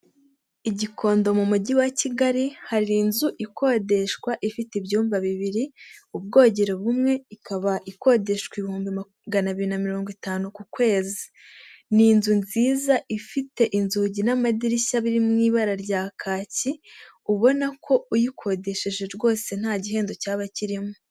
I Gikondo mu mujyi wa Kigali, hari inzu ikodeshwa ifite ibyumba bibiri, ubwogero bumwe, ikaba ikodeshwa ibihumbi magana abiri na mirongo itanu ku kwezi, ni inzu nziza ifite inzugi n'amadirishya biri mu ibara rya kaki, ubona ko uyikodesheje rwose nta gihembo cyaba kirimo.